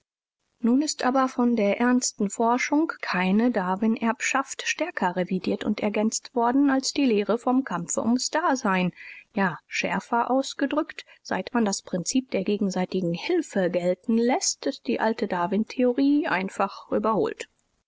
nun ist aber von der ernsten forschung keine darwin-erbschaft stärker revidiert u ergänzt worden als die lehre vom kampfe ums dasein ja schärfer ausgedrückt seit man das prinzip der gegenseitigen hilfe gelten läßt ist die alte darwin-theorie einfach überholt